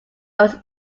was